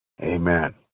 amen